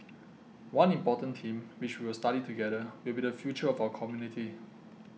one important theme which we will study together will be the future of our community